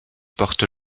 porte